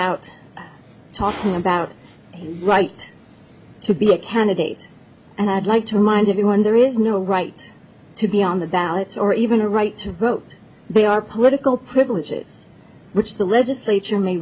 out talking about the right to be a candidate and i'd like to remind everyone there is no right to be on the ballot or even a right to vote they are political privileges which the legislature ma